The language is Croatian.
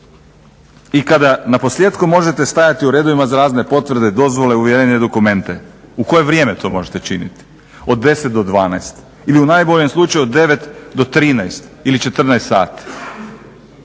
I kada na posljetku možete stajati u redovima za razne potvrde, dozvole, uvjerenja i dokumente, u koje vrijeme to možete činiti, od 10 do 12 ili u najboljem slučaju od 9 do 13 ili 14 sati.